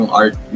art